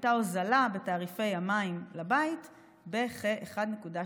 הייתה הוזלה בתעריפי המים לבית בכ-1.6%.